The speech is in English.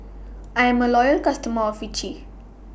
I'm A Loyal customer of Vichy